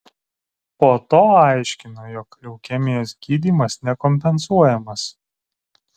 po to aiškino jog leukemijos gydymas nekompensuojamas